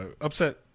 upset